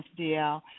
DL